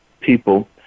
people